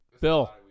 Bill